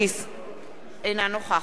אינה נוכחת יריב לוין,